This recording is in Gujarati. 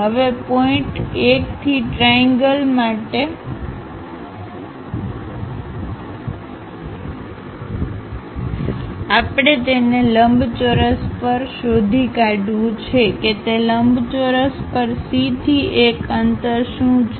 હવે પોઇન્ટ1 થી ત્રિએંગલ માટે આપણે તેને લંબચોરસ પર શોધી કાઢવું છે કે તે લંબચોરસ પર C થી 1 અંતર શું છે